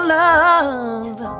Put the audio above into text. love